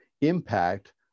impact